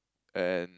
and